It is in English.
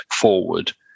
forward